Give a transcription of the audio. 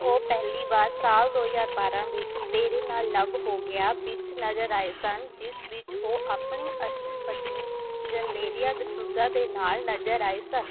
ਉਹ ਪਹਿਲੀ ਵਾਰ ਸਾਲ ਦੋ ਹਜ਼ਾਰ ਬਾਰ੍ਹਾਂ ਵਿੱਚ ਤੇਰੇ ਨਾਲ ਲਵ ਹੋ ਗਿਆ ਵਿੱਚ ਨਜ਼ਰ ਆਏ ਸਨ ਜਿਸ ਵਿੱਚ ਉਹ ਆਪਣੀ ਅਸਲ ਪਤਨੀ ਜੇਨੇਲੀਆ ਡਿਸੂਜ਼ਾ ਦੇ ਨਾਲ ਨਜ਼ਰ ਆਏ ਸਨ